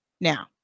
Now